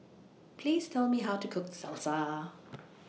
Please Tell Me How to Cook Salsa